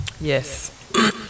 Yes